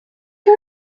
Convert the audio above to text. you